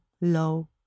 low